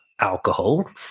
alcohol